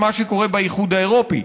למה שקורה באיחוד האירופי.